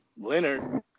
Leonard